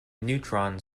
neutron